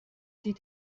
sie